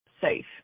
safe